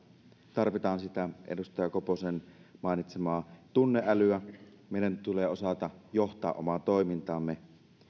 tarvitaan sitä edustaja koposen mainitsemaa tunneälyä ja meidän tulee osata johtaa omaa toimintaamme